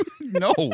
No